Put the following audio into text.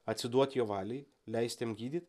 atsiduot jo valiai leist jam gydyt